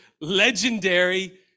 legendary